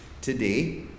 today